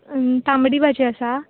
तांबडी भाजी आसा